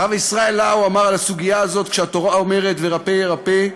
הרב ישראל לאו אמר על הסוגיה הזאת: כשהתורה אומרת "ורפא ירפא",